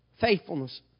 Faithfulness